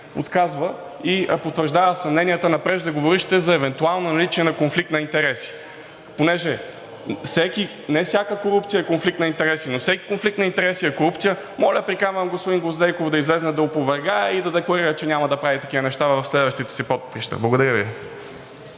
подсказва и потвърждава съмненията на преждеговорившите за евентуално наличие на конфликт на интереси. Понеже не всяка корупция е конфликт на интереси, но всеки конфликт на интереси е корупция, моля, приканвам господин Гвоздейков да излезе да опровергае и да декларира, че няма да прави такива неща в следващите си поприща. Благодаря Ви.